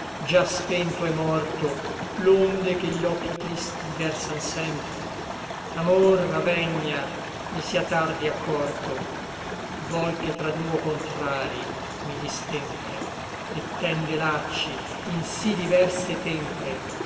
già spento et morto l'onde che gli occhi tristi versan sempre amor avegna mi sia tardi accorto vòl che tra duo contrari mi distempre et tende lacci in sí diverse tempre